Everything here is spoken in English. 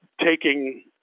taking